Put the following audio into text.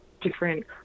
different